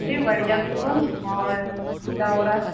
جی بڑھیا بالکل اور کیا ہو رہا ہے